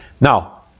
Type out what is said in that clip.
Now